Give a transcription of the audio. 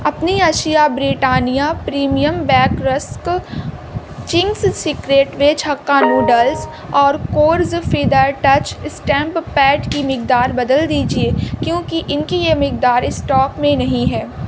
اپنی اشیا Britannia premium bake rusk Ching's secret veg hakka noodles اور Kores feather touch stamp pad کی مقدار بدل دیجیے کیوں کہ ان کی یہ مقدار اسٹاک میں نہیں ہے